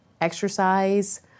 exercise